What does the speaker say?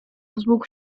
wzmógł